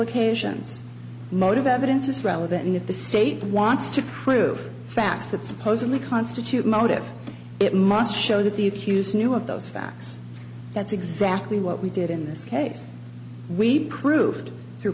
occasions motive evidence is relevant and if the state wants to true facts that supposedly constitute motive it must show that the accused knew of those facts that's exactly what we did in this case we proved through